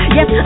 Yes